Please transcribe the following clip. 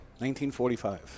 1945